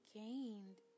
gained